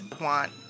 want